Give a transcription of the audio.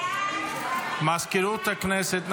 מזכירות הכנסת,